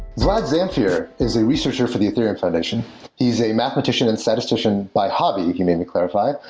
vlad zamfir is a researcher for the ethereum foundation. he is a mathematician and statistician by hobby, you can maybe clarify,